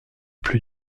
plus